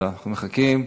לא, לא, אנחנו מחכים.